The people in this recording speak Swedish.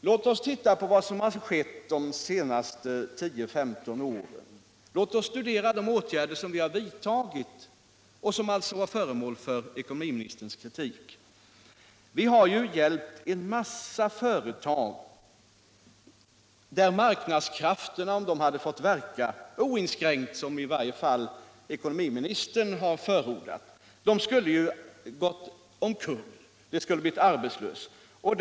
Låt oss se på vad som har skett de senaste 10-15 åren! Låt oss studera de åtgärder som vi har vidtagit och som alltså var föremål för ekonomiministerns kritik. Vi har ju hjälpt en mängd företag som, om marknadskrafterna hade fått verka oinskränkt, vilket i varje fall ekonomiministern har förordat, skulle ha gått omkull och skapat arbetslöshet.